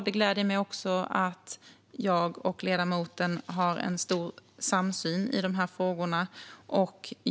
Det gläder mig också att jag och ledamoten har stor samsyn i de här frågorna.